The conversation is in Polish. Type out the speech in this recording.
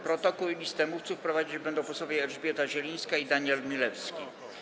Protokół i listę mówców prowadzić będą posłowie Elżbieta Zielińska i Daniel Milewski.